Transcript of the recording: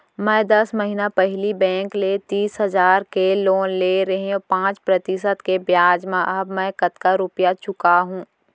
मैं दस महिना पहिली बैंक ले तीस हजार के लोन ले रहेंव पाँच प्रतिशत के ब्याज म अब मैं कतका रुपिया चुका हूँ?